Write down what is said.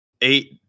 eight